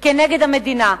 כנגד המדינה.